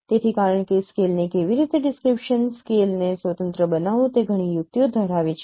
તેથી કારણ કે સ્કેલને કેવી રીતે ડિસ્ક્રિપ્શન સ્કેલને સ્વતંત્ર બનાવવું તે ઘણી યુક્તિઓ ધરાવે છે